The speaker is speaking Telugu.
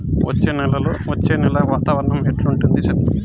వచ్చే నెల వాతావరణం ఎట్లుంటుంది చెప్పండి?